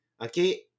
Okay